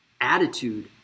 attitude